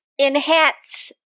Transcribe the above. Enhance